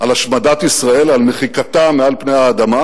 על השמדת ישראל, על מחיקתה מעל פני האדמה